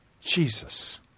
Jesus